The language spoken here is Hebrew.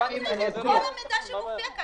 למה צריך את כל המידע שמופיע כאן?